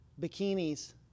bikinis